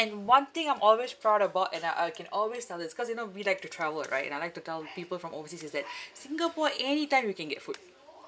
and one thing I'm always proud about and uh I can always tell this cause you know we like to travel right and I like to tell people from overseas is that singapore anytime we can get food